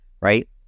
right